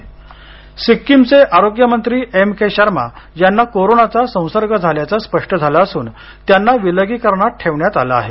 Sikkim corona सिक्कीमचे आरोग्य मंत्री एम के शर्मा यांची कोरोनाचा संसर्ग झाल्याचं स्पष्ट झालं असून त्यांना विलगीकरणात ठेवण्यात आलं आहे